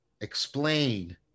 explain